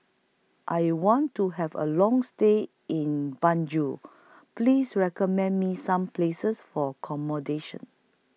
I want to Have A Long stay in Banjul Please recommend Me Some Places For accommodation